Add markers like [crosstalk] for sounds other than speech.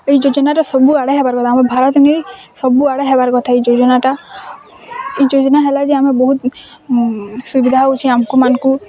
ଏଇ ଯୋଜନାର ସବୁଆଡ଼େ [unintelligible] ଆମ ଭାରତ ନେଇ ସବୁଆଡ଼େ ହେବାର କଥା ଏଇ ଯୋଜନାଟା ଏଇ ଯୋଜନା ହେଲା ଯେ ଆମେ ବହୁତ ସୁବିଧା ହୋଉଚି ଆମକୁ ମାନଙ୍କୁ